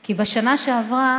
כי בשנה שעברה